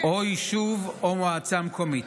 או יישוב או מועצה מקומית,